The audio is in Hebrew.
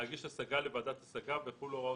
להגיש השגה לוועדת השגה ויחולו הוראות